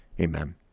Amen